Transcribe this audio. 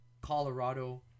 Colorado